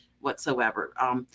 whatsoever